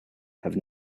have